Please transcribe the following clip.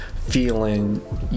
feeling